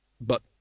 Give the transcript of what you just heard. But